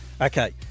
Okay